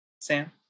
Sam